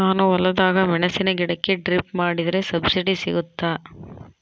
ನಾನು ಹೊಲದಾಗ ಮೆಣಸಿನ ಗಿಡಕ್ಕೆ ಡ್ರಿಪ್ ಮಾಡಿದ್ರೆ ಸಬ್ಸಿಡಿ ಸಿಗುತ್ತಾ?